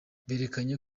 berekanye